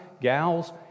gals